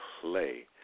Play